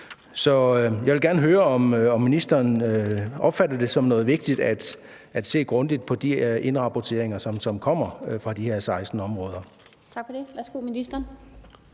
Så jeg vil gerne høre, om ministeren opfatter det som noget vigtigt at se grundigt på de indrapporteringer, som kommer for de her 16 områder.